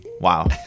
Wow